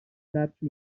darci